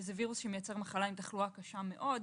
שזה וירוס שמייצר מחלה עם תחלואה קשה מאוד.